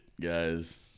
guys